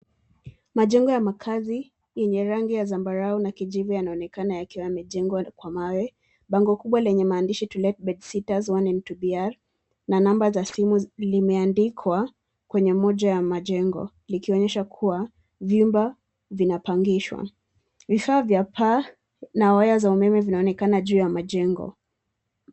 Majengo ya makazi yenye rangi ya zambarau na kijivu yanaonekana yakiwa yamejengwa kwa mawe. Bango kubwa lenye maandishi to let bed sitters one and two BR na namba za simu limeandikwa kwenye moja ya majengo likionyesha kuwa vyumba vinapangishwa. Vifaa vya paa na waya za umeme vinaonekana juu ya majengo.